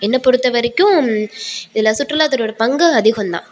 என்னை பொறுத்தவரைக்கும் இதில் சுற்றுலாத்துறையோடய பங்கு அதிகம் தான்